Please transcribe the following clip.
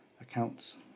accounts